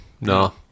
No